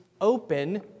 open